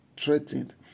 threatened